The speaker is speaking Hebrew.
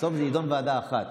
בסוף זה יידון בוועדה אחת,